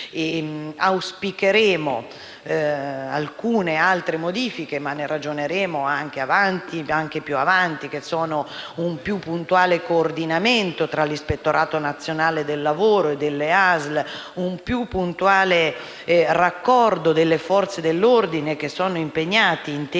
mesi. Auspicheremo alcune altre modifiche, di cui ragioneremo anche più avanti, quali un più puntuale coordinamento tra l'Ispettorato nazionale del lavoro e le ASL, un più puntuale raccordo delle Forze dell'ordine impegnate in tema